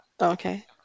Okay